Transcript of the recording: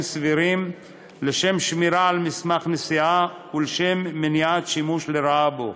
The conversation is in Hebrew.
סבירים לשמירה על מסמך נסיעה ולמניעת שימוש לרעה בו,